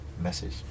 message